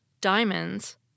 diamonds